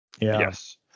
Yes